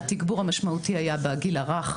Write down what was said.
התגבור המשמעותי היה בגיל הרך,